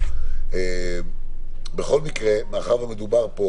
ומירה תפתור את זה.